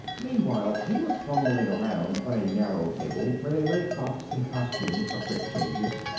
meanwhile he was fumbling around on a narrow table where they lay props and costumes for quick changes.